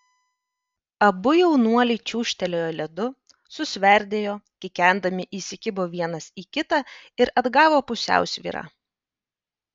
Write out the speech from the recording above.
abu jaunuoliai čiūžtelėjo ledu susverdėjo kikendami įsikibo vienas į kitą ir atgavo pusiausvyrą